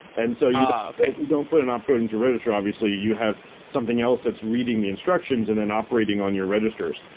and so you ah don't put an opt code into register, obviously. you have something else that's reading the instructions and then operating on your registers.